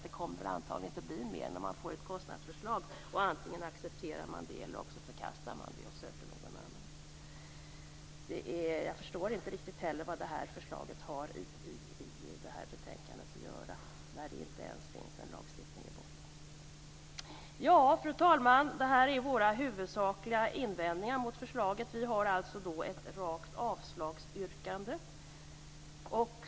Det kommer antagligen inte att bli mer än att man får ett kostnadsförslag och antingen accepterar det eller förkastar det och söker något annat. Jag förstår inte heller riktigt vad det här förslaget har i betänkandet att göra när det inte ens finns en lagstiftning i botten. Fru talman! Det här är våra huvudsakliga invändningar mot förslaget. Vi har alltså ett rakt avslagsyrkande.